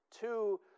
two